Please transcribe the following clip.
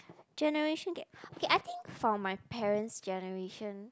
generation gap okay I think for my parents' generation